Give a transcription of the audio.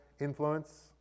influence